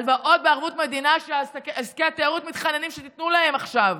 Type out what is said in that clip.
הלוואות בערבות מדינה שעסקי התיירות מתחננים שתיתנו להם עכשיו.